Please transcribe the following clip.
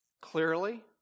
clearly